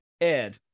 Ed